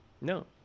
No